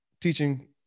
teaching